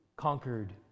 conquered